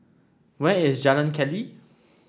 where is Jalan Keli